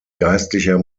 geistlicher